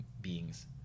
beings